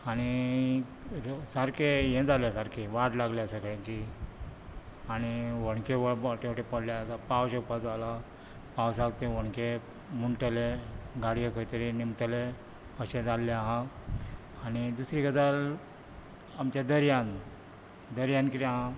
आनी सारकी हें जाल्या सारकी वाट लागल्या सगळ्यांची आनी होंडके व्हडले व्हडले पडल्यात सामके आतां पावस येवपाचो जालो पावसांत ते होंडके अशें जाल्लें आहा आनी दुसरी गजाल आमच्या दर्यांत दर्यांत कितें आहा